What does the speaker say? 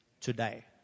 today